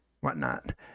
whatnot